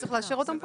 צריך לאשר אותן פה?